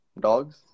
dogs